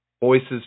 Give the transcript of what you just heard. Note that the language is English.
voices